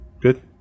Good